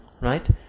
right